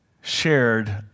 shared